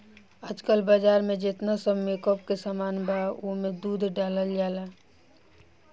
आजकल बाजार में जेतना सब मेकअप के सामान बा ओमे दूध डालल जाला